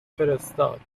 فرستاد